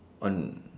on